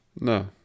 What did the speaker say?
No